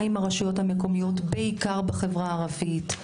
עם הרשויות המקומית בעיקר בחברה הערבית,